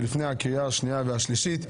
לפני הקריאה השנייה והשלישית.